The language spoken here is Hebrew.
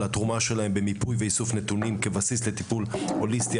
התרומה שלהם במיפוי ואיסוף נתונים כבסיס לטיפול הוליסטי,